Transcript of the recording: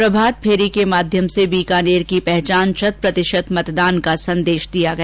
प्रभात फेरी के माध्यम से बीकानेर की पहचान शत प्रतिशत मतदान का संदेश दिया गया